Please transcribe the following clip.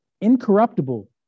incorruptible